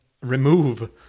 remove